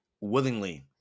willingly